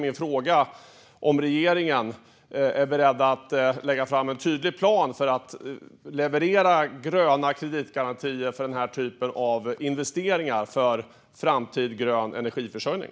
Min fråga är om regeringen är beredd att lägga fram en tydlig plan för att leverera gröna kreditgarantier för investeringar i framtida grön energiförsörjning?